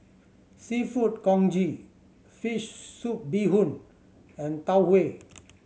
Seafood Congee fish soup bee hoon and Tau Huay